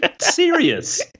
serious